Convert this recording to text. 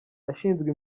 ashinzwe